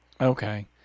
Okay